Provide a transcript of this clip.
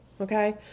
Okay